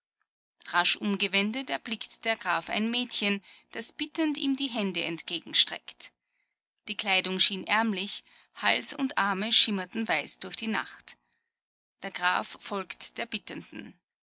rasch umgewendet er blickt der graf ein mädchen das bittend ihm die hände entgegenstreckt die kleidung schien ärmlich hals und arme schimmerten weiß durch die nacht der graf folgt der bittenden